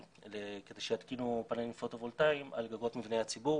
כדי שיתקינו פאנלים פוטו וולטאים על גגות מבני הציבור.